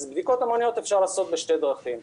בדיקות המוניות אפשר לעשות בשתי דרכים: